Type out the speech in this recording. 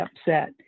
upset